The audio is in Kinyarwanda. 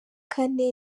kane